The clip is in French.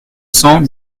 cents